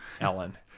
Ellen